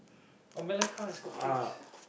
or Melaka is a good place